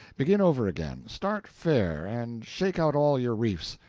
begin over again start fair, and shake out all your reefs,